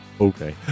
Okay